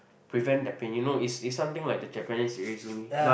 prevent the pain you know is is something like the Japanese izumi but